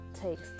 takes